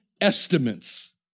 estimates